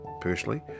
personally